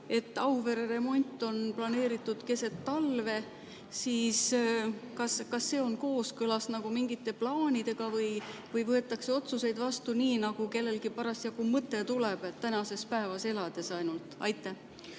Auvere remont on planeeritud keset talve, siis kas see on kooskõlas mingite plaanidega või võetakse otsuseid vastu nii, nagu kellelgi parasjagu mõte tuleb, ainult tänases päevas elades? Aitäh,